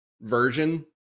version